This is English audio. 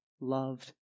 loved